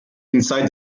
inside